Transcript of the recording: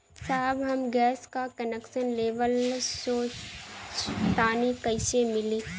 साहब हम गैस का कनेक्सन लेवल सोंचतानी कइसे मिली?